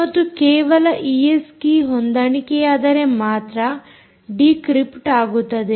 ಮತ್ತು ಕೇವಲ AES key ಹೊಂದಾಣಿಕೆಯಾದರೆ ಮಾತ್ರ ಡಿಕ್ರಿಪ್ಟ್ ಆಗುತ್ತದೆ